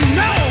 no